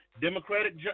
Democratic